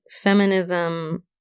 feminism